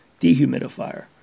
dehumidifier